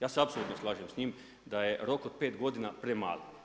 Ja se apsolutno slažem s njim, da je rok od 5 godina premali.